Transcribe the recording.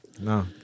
No